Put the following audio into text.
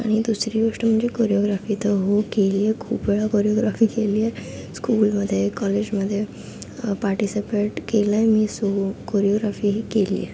आणि दुसरी गोष्ट म्हणजे कोरिओग्राफी तर हो केली आहे खूप वेळा कोरिओग्राफी केली आहे स्कूलमध्ये कॉलेजमध्ये पार्टीसिपेट केलं आहे मी सो कोरिओग्राफीही केली आहे